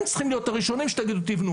אתם צריכים להיות הראשונים שתגידו: תתנו,